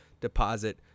deposit